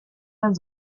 der